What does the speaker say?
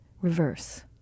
reverse